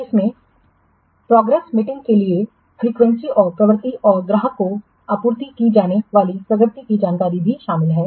इनमें progress meeting के लिए आवृत्ति और प्रकृति और ग्राहक को आपूर्ति की जाने वाली प्रगति की जानकारी शामिल है